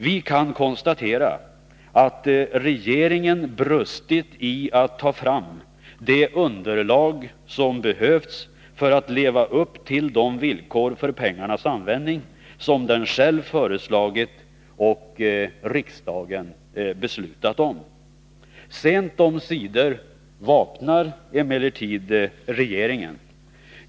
Vi kan konstatera att regeringen brustit i att ta fram det underlag som behövts för att leva upp till de villkor för pengarnas användning som den själv föreslagit och riksdagen beslutat om. Sent omsider vaknar emellertid regeringen.